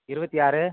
இருபத்தி ஆறு